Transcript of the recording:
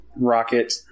Rocket